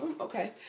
Okay